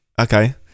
okay